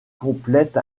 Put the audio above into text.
complète